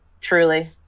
truly